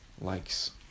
likes